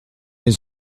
his